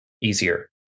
easier